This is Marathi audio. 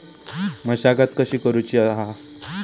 मशागत कशी करूची हा?